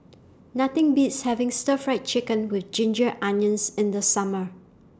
Nothing Beats having Stir Fried Chicken with Ginger Onions in The Summer